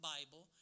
Bible